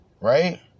right